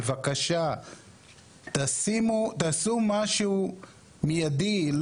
בבקשה תעשו משהו מיידי,